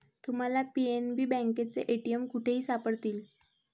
तुम्हाला पी.एन.बी बँकेचे ए.टी.एम कुठेही सापडतील